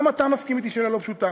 גם אתה מסכים אתי שזו שאלה לא פשוטה.